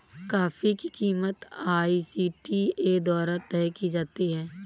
coffee की कीमत ICTA द्वारा तय की जाती है